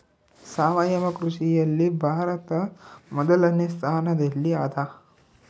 ಸಾವಯವ ಕೃಷಿಯಲ್ಲಿ ಭಾರತ ಮೊದಲನೇ ಸ್ಥಾನದಲ್ಲಿ ಅದ